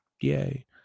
yay